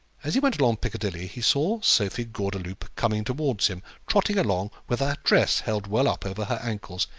as he went along piccadilly, he saw sophie gordeloup coming towards him, trotting along, with her dress held well up over her ankles,